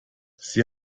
sie